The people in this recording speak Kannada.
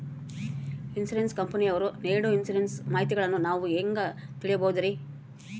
ಇನ್ಸೂರೆನ್ಸ್ ಕಂಪನಿಯವರು ನೇಡೊ ಇನ್ಸುರೆನ್ಸ್ ಮಾಹಿತಿಗಳನ್ನು ನಾವು ಹೆಂಗ ತಿಳಿಬಹುದ್ರಿ?